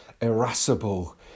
irascible